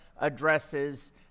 Addresses